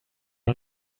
are